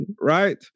Right